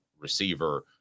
receiver